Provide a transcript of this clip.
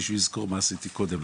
מישהו יזכור מה עשיתי קודם.